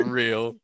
real